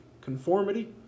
conformity